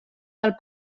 del